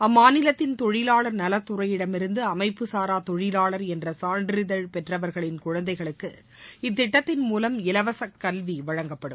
அம்மாநிலத்தின் தொழிவாளர் நலத்துறையிடமிருந்து அமைப்புச் சாராதா தொழிவாளர் என்ற சான்றிதழ் பெற்றவர்களின் குழந்தைகளுக்கு இத்திட்டத்தின் மூலம் இலவச கல்வி வழங்கப்படும்